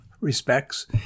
respects